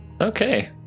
Okay